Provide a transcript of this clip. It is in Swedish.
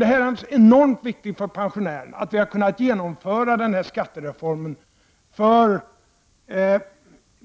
Det är enormt viktigt för pensionärerna att vi har kunnat genomföra skattereformen